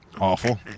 Awful